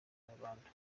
nyarwanda